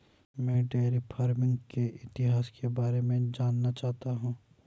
मैं dairy farming के इतिहास के बारे में जानना चाहता हूं